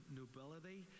nobility